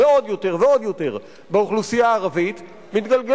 רעים והרבה יותר בעייתיים ממה שהם היום,